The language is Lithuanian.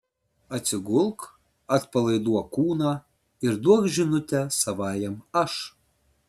atsigulk atpalaiduok kūną ir duok žinutę savajam aš